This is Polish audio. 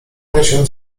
miesiąc